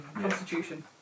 Constitution